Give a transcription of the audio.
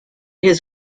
his